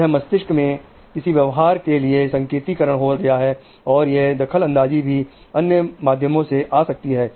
तो यह मस्तिष्क में किसी व्यवहार के लिए संकेती करण हो गया है यह दखलअंदाजी भी अन्य माध्यमों से आ सकती है